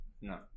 no